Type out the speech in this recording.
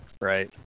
right